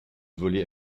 voler